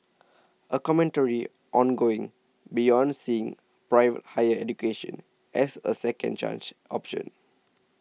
a commentary on going beyond seeing private higher education as a second chance option